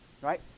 Right